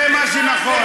זה מה שנכון.